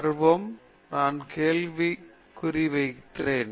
கர்வம் நான் கேள்வி குறி வைத்தேன்